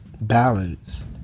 balance